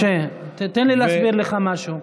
משה, משה, תן לי להסביר לך משהו,